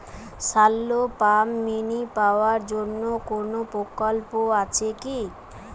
Shallow pump mini power জন্য কোনো প্রকল্প আছে কি?